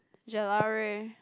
Gelare